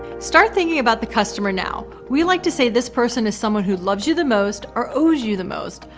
start thinking about the customer now, we like to say this person is someone who loves you the most or owes you the most,